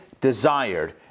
desired